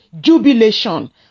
jubilation